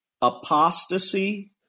apostasy